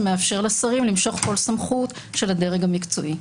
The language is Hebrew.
שמאפשר לשרים למשוך כל סמכות של הדרג המקצועי.